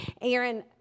Aaron